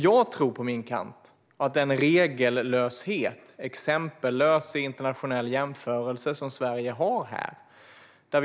Det är en regellöshet, exempellös i internationell jämförelse, som vi i Sverige har.